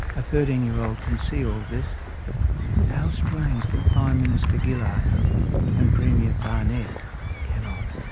a thirteen year old can see all of this how strange that prime minister gillard and premier barnett cannot.